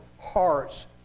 hearts